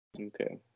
Okay